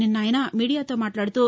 నిన్న ఆయన మీడియాతో మాట్లాడుతూ